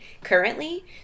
currently